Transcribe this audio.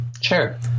Sure